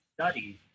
studies